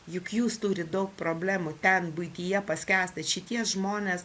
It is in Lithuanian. juk jūs turit daug problemų ten buityje paskęstat šitie žmonės